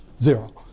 zero